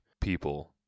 people